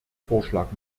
vorschlag